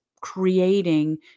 creating